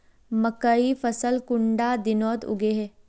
मकई फसल कुंडा दिनोत उगैहे?